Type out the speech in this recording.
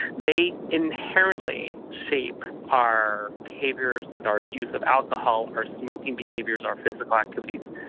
they inherently shape our behaviours, our use of alcohol, our smoking behaviours, our physical activities.